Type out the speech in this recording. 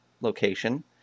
location